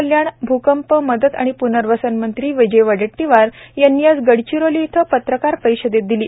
कल्याण भुकंप मदत आणि पननर्वसन मंत्री विजय वडेट्टीवार यांनी आज गडचिरोली इथं पत्रकार परिषदेत दिली